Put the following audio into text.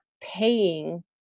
paying